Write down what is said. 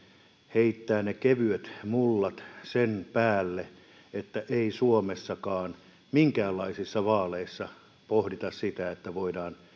heittää ne kevyet mullat sen päälle niin että ei suomessakaan minkäänlaisissa vaaleissa pohdita sitä että voidaan